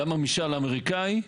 גם הממשל האמריקאי.